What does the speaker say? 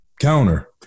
counter